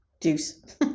juice